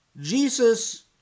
Jesus